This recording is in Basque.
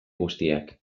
guztiak